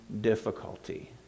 difficulty